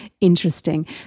interesting